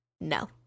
No